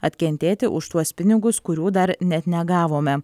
atkentėti už tuos pinigus kurių dar net negavome